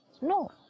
No